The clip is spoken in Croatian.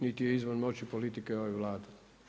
Niti je izvan moći politike ove Vlade.